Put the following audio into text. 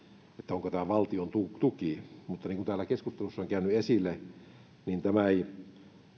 onko tämä valtiontuki mutta niin kuin täällä keskustelussa on käynyt esille